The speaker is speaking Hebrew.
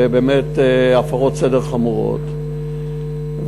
ובאמת הפרות סדר חמורות,